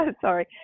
sorry